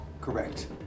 Correct